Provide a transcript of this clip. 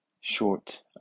short